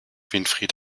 winfried